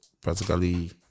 practically